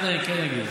אחד אני כן אגיד.